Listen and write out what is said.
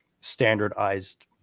standardized